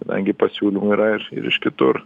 kadangi pasiūlymų yra ir ir iš kitur